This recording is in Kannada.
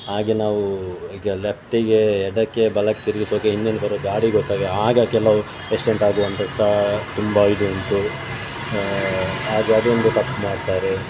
ಹಾಗೆ ನಾವು ಈಗ ಲೆಫ್ಟಿಗೆ ಎಡಕ್ಕೆ ಬಲಕ್ಕೆ ತಿರುಗಿಸುವಾಗ ಹಿಂದಿನಿಂದ ಬರುವ ಗಾಡಿ ಗೊತ್ತಾಗೊಲ್ಲ ಆಗ ಕೆಲವು ಆಕ್ಸಿಡೆಂಟ್ ಆಗುವಂಥದ್ದು ತುಂಬ ಇದು ಉಂಟು ಹಾಗೇ ಅದೊಂದು ತಪ್ಪು ಮಾಡ್ತಾರೆ